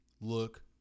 look